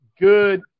good